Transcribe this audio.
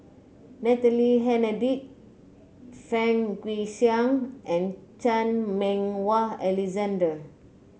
Natalie Hennedige Fang Guixiang and Chan Meng Wah Alexander